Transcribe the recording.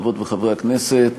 חברות וחברי הכנסת,